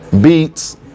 beats